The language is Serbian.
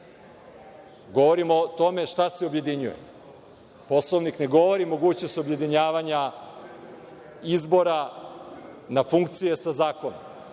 Govorim o tome šta se objedinjuje. Poslovnik ne govori o mogućnosti objedinjavanja izbora na funkcije sa zakonom,